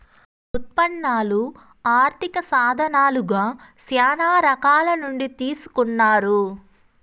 ఉత్పన్నాలు ఆర్థిక సాధనాలుగా శ్యానా రకాల నుండి తీసుకున్నారు